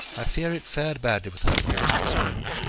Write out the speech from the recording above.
i fear it fared badly with her cause at this moment.